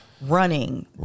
Running